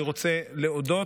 אני רוצה להודות,